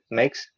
makes